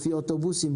לפי אוטובוסים,